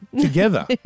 together